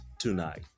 tonight